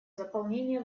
заполнения